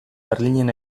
berlinen